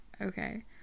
okay